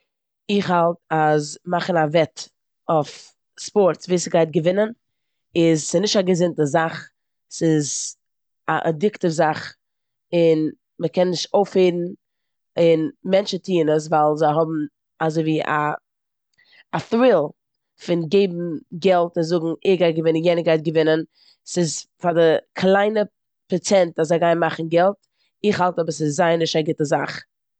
איך האלט אז מאכן א וועט אויף ספארטס ווער ס'גייו געווינען איז- ס'נישט א געזונטע זאך, ס'איז א עדיקטיוו זאך און מ'קען נישט אויפהערן און מענטשן טוען עס ווייל זיי האבן אזויווי א- א טריל פון געבן געלט און זאגן ער גייט געווינען, יענער גייט געווינען. ס'איז פאר די קליינע פראצענט אז זיי גייען מאכן געלט. איך האלט אבער ס'איז זייער נישט א גוטע זאך.